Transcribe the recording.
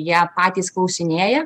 jie patys klausinėja